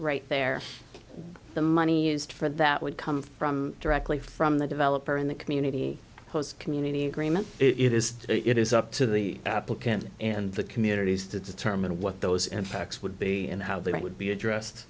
right there the money used for that would come from directly from the developer in the community post community agreement it is it is up to the applicant and the communities to determine what those impacts would be and how they would be addressed